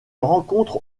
rencontre